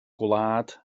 gwlad